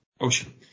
ocean